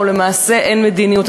ולמעשה אין מדיניות.